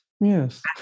yes